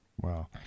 Wow